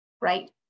right